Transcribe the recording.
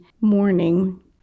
morning